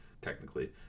technically